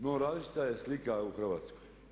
No različita je slika u Hrvatskoj.